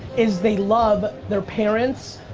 is they love their parents,